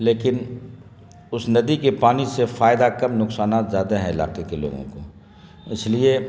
لیکن اس ندی کے پانی سے فائدہ کم نقصانات زیادہ ہیں علاقے کے لوگوں کو اس لیے